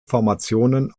formationen